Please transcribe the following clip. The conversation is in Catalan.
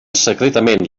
secretament